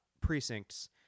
precincts